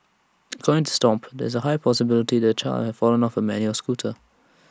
according to stomp there is A high possibility that the child had fallen off her manual scooter